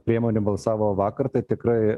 priemonių balsavo vakar tai tikrai